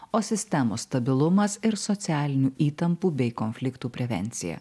o sistemos stabilumas ir socialinių įtampų bei konfliktų prevencija